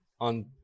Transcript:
on